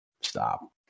stop